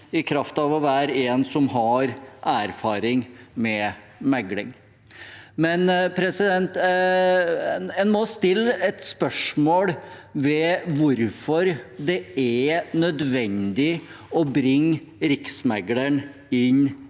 i kraft av å være en som har erfaring med mekling. Likevel må en stille spørsmål ved hvorfor det er nødvendig å bringe Riksmekleren inn